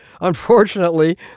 Unfortunately